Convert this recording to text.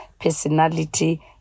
personality